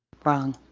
from